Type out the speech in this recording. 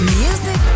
music